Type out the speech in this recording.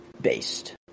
based